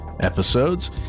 Episodes